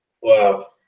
Wow